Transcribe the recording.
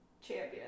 champion